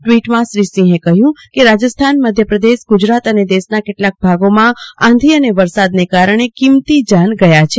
ટ્વીટમાં શ્રી સિંહે કહ્યું કે રાજસ્થાન મધ્યપ્રદેશ ગુજરાત અને દેશના કેટલાક ભાગોમાં આંધી અને વરસાદને કારણે કીંમતી જાન ગયા છે